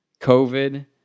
COVID